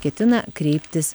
ketina kreiptis